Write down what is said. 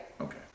Okay